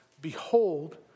behold